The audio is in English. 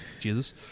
Jesus